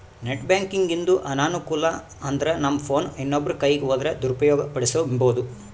net ಬ್ಯಾಂಕಿಂಗಿಂದು ಅನಾನುಕೂಲ ಅಂದ್ರನಮ್ ಫೋನ್ ಇನ್ನೊಬ್ರ ಕೈಯಿಗ್ ಹೋದ್ರ ದುರುಪಯೋಗ ಪಡಿಸೆಂಬೋದು